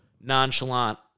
nonchalant